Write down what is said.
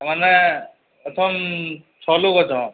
ମାନେ ପ୍ରଥମ ଛଲୁ ଗଛ